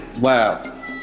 Wow